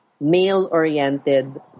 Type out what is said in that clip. male-oriented